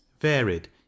varied